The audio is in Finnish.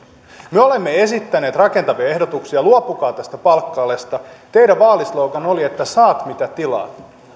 me olemme esittäneet rakentavia ehdotuksia luopukaa tästä palkka alesta teidän vaalislogan oli että saat mitä tilaat